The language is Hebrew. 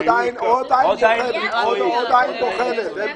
עוד עין מקצועית בוחנת.